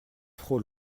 trop